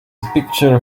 picture